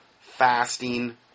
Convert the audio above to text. fasting